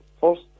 first